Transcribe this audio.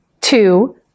two